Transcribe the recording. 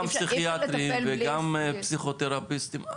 גם פסיכיאטרים וגם פסיכותרפיסטים.